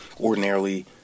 ordinarily